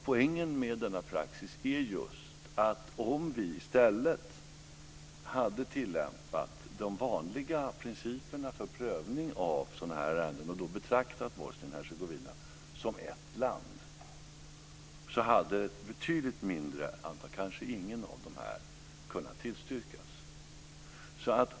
Poängen med denna praxis är just att om vi i stället hade tillämpat de vanliga principerna för prövning av sådana här ärenden och då betraktat Bosnien-Hercegovina som ett land så hade ett betydligt mindre antal, kanske inga av dessa, kunnat tillstyrkas.